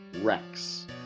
Rex